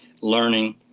learning